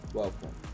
welcome